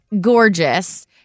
gorgeous